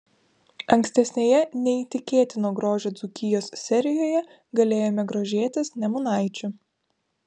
ankstesnėje neįtikėtino grožio dzūkijos serijoje galėjome grožėtis nemunaičiu